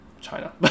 china